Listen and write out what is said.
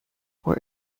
were